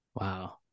Wow